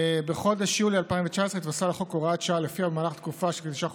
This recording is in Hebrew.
בחודש יולי 2019 התווספה לחוק הוראת שעה שלפיה במהלך תקופה של כתשעה